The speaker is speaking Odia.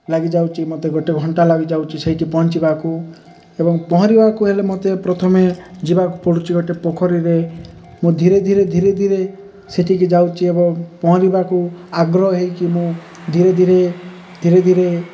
ଲାଗିଯାଉଛି ମୋତେ ଗୋଟେ ଘଣ୍ଟା ଲାଗିଯାଉଛି ସେଇଠି ପହଞ୍ଚିବାକୁ ଏବଂ ପହଁରିବାକୁ ହେଲେ ମୋତେ ପ୍ରଥମେ ଯିବାକୁ ପଡ଼ୁଛି ଗୋଟେ ପୋଖରୀରେ ମୁଁ ଧୀରେ ଧୀରେ ଧୀରେ ଧୀରେ ସେଠିକି ଯାଉଛି ଏବଂ ପହଁରିବାକୁ ଆଗ୍ରହ ହେଇକି ମୁଁ ଧୀରେ ଧୀରେ ଧୀରେ ଧୀରେ